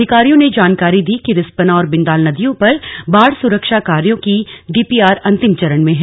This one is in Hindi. अधिकारियों ने जानकारी दी कि रिस्पना और बिन्दाल नदियों पर बाढ़ सुरक्षा कार्यों की डीपीआर अन्तिम चरण में है